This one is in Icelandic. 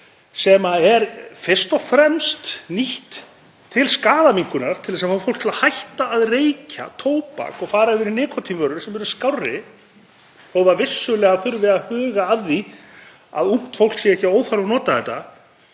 sem er fyrst og fremst nýtt til skaðaminnkunar, til að fá fólk til að hætta að reykja tóbak og fara yfir í nikótínvörur sem eru skárri, þótt vissulega þurfi að huga að því að ungt fólk sé ekki að óþörfu að nota þetta,